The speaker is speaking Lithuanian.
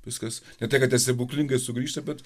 viskas ne tai kad ten stebuklingai sugrįžta bet